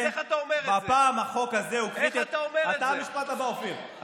אבל רון, איך אתה אומר שזה לא בראש סדר